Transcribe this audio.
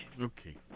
Okay